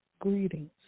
greetings